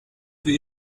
für